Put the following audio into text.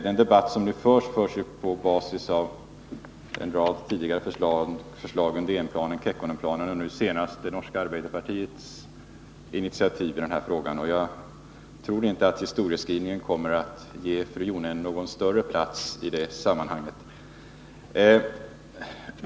Den debatt som förs äger rum på basis av en rad tidigare förslag: Undénplanen, Kekkonenplanen och nu senast det norska arbeiderpartiets initiativ i den här frågan. Jag tror inte att historieskrivningen kommer att ge fru Jonäng någon större plats i detta sammanhang.